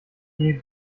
bei